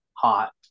hot